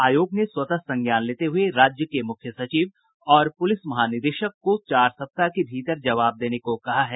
आयोग ने स्वतः संज्ञान लेते हुए राज्य के मुख्य सचिव और पुलिस महानिदेशक को चार सप्ताह के भीतर जवाब देने को कहा है